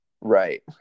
Right